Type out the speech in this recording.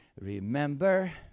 Remember